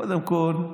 קודם כול,